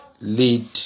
lead